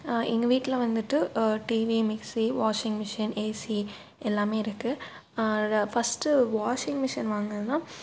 எங்கள் வீட்டில் வந்துட்டு TV mixie washing machine AC எல்லாமே இருக்குது ஃபஸ்ட்டு வாஷிங் மிஷின் வாங்கினதுனா